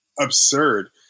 absurd